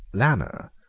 lanner,